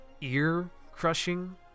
ear-crushing